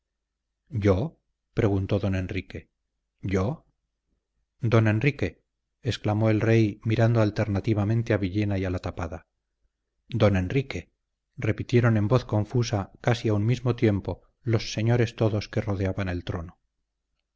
yo preguntó don enrique yo don enrique exclamó el rey mirando alternativamente a villena y a la tapada don enrique repitieron en voz confusa casi a un mismo tiempo los señores todos que rodeaban el trono